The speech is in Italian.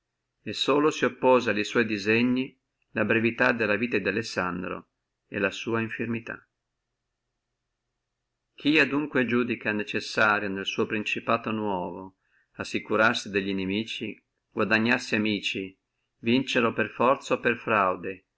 e solo si oppose alli sua disegni la brevità della vita di alessandro e la malattia sua chi adunque iudica necessario nel suo principato nuovo assicurarsi de nimici guadagnarsi delli amici vincere o per forza